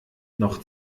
noch